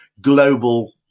global